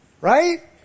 Right